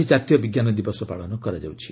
ଆଜି ଜାତୀୟ ବିଜ୍ଞାନ ଦିବସ ପାଳନ କରାଯାଇଛି